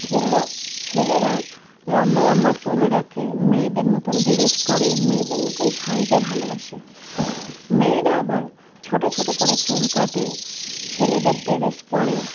ছেলেরা লম্বা লম্বা চুল রাখে মেয়েদের মতোন ড্রেস করে মেয়েদের মতোন সাজ দে ভালোবাসে মেয়েরা আবার ছোটো ছোটো করে চুল কাটে ছেলেদের ড্রেস পরে